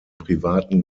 privaten